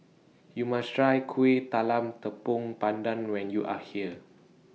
YOU must Try Kueh Talam Tepong Pandan when YOU Are here